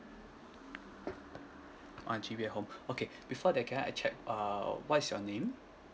one G_B at home okay before that can I check uh what is your name